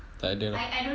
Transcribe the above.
takde ah